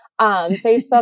Facebook